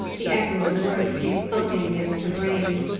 the echo of the words came thumping against her brain.